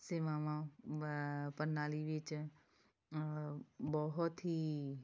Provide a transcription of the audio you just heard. ਸੇਵਾਵਾਂ ਪ੍ਰਣਾਲੀ ਵਿੱਚ ਬਹੁਤ ਹੀ